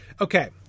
Okay